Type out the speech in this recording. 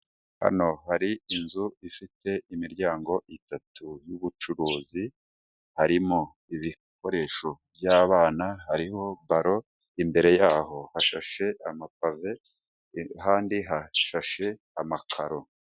Hano hari inzu ifite imiryango itatu y'ubucuruzi harimo ibikoresho by'abana, hariho balo imbere yaho hashashe amapave impande hashashe amakaro.